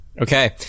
Okay